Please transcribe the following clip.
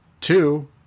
two